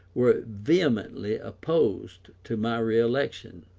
were vehemently opposed to my re-election.